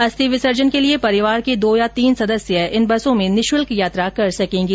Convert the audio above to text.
अस्थी विसर्जन के लिए परिवार के दो या तीन सदस्य इन बसों में निःशुल्क यात्रा कर सकेंगे